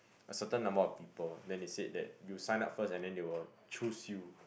a certain number of people then they said that you sign up first and then they will choose you